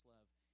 love